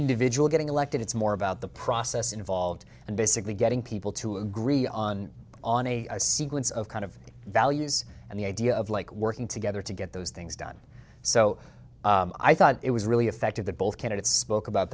individual getting elected it's more about the process involved and basically getting people to agree on on a sequence of kind of values and the idea of like working together to get those things done so i thought it was really effective that both candidates spoke about